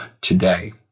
today